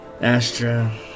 Astra